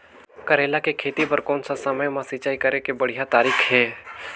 करेला के खेती बार कोन सा समय मां सिंचाई करे के बढ़िया तारीक हे?